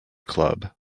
club